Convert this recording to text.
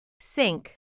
Sink